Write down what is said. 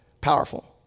Powerful